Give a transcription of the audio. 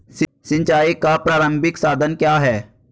सिंचाई का प्रारंभिक साधन क्या है?